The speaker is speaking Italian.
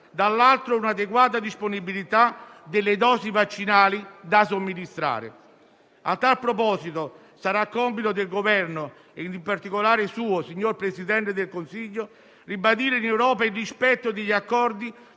dall'altro, un'adeguata disponibilità delle dosi vaccinali da somministrare. A tal proposito, sarà compito del Governo - e, in particolare, suo, signor Presidente del Consiglio - ribadire in Europa il rispetto degli accordi